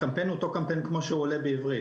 הקמפיין הוא אותו קמפיין כמו שהוא עולה בעברית,